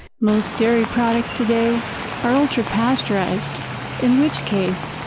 most dairy products today are ultra-pasteruized in which case,